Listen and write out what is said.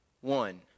one